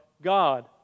god